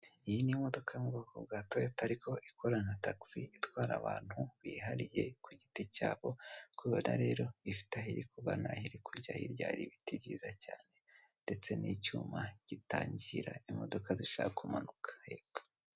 Iyi ni imodoka iri mu bwoko bwa toyota ariko ikora nka tagisi itwara abantu bihariye ku giti cyabo . Uko ubibona rero ifite aho iri kugana hirya hari ibiti byiza cyane ndetse n'icyuma gitangira imodoka zishaka kumanuka hepfo.